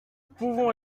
pouvons